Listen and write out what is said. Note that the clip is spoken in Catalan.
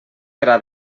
gra